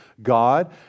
God